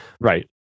Right